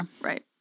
Right